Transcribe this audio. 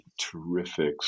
terrific